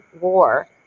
war